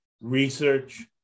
research